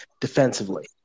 defensively